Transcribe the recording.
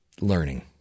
learning